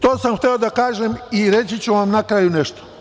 To sam hteo da kažem i reći ću vam na kraju nešto.